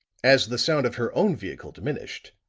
as the sound of her own vehicle diminished,